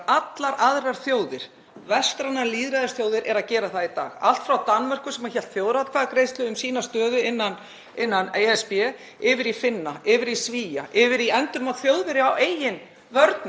allar aðrar þjóðir, vestrænar lýðræðisþjóðir, eru að gera það í dag, allt frá Danmörku, sem hélt þjóðaratkvæðagreiðslu um stöðu sína innan ESB, yfir í Finna, yfir í Svía, yfir í endurmat Þjóðverja á eigin vörnum